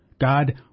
God